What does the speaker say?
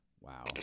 Wow